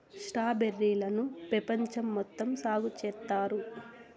strawberry లను పెపంచం మొత్తం సాగు చేత్తారు